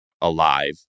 alive